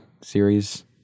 series